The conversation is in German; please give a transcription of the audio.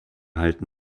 halten